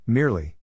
Merely